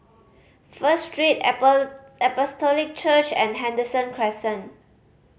First Street Church and Henderson Crescent